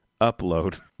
upload